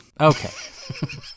Okay